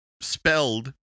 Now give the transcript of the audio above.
Spelled